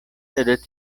sed